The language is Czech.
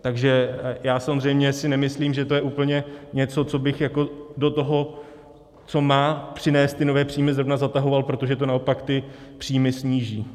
Takže já samozřejmě si nemyslím, že to je úplně něco, co bych jako do toho, co má přinést ty nové příjmy, zrovna zatahoval, protože to naopak ty příjmy sníží.